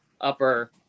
upper